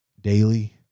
daily